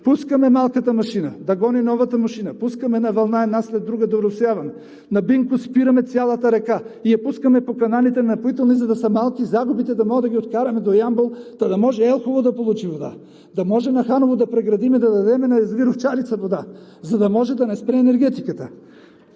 Пускаме малката машина да гони новата машина, пускаме на вълна една след друга да оросяваме, на бент „Бинкос“ спираме цялата река и я пускаме по напоителните канали, за да са малки загубите, да можем да ги откараме до Ямбол, та да може Елхово да получи вода, да може на Ханово да преградим и да дадем на язовир „Овчарица“ вода, за да може да не спре енергетиката.